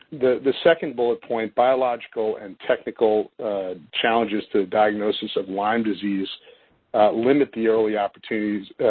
the the second bullet point, biological and technical challenges to the diagnoses of lyme disease limit the early opportunities,